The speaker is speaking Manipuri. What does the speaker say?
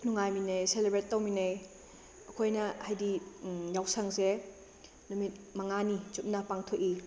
ꯅꯨꯡꯉꯥꯏꯃꯤꯟꯅꯩ ꯁꯦꯂꯤꯕ꯭ꯔꯦꯠ ꯇꯧꯃꯤꯟꯅꯩ ꯑꯩꯈꯣꯏꯅ ꯍꯥꯏꯗꯤ ꯌꯥꯎꯁꯪꯁꯦ ꯅꯨꯃꯤꯠ ꯃꯉꯥꯅꯤ ꯆꯨꯞꯅ ꯄꯥꯡꯊꯣꯛꯏ